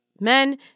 men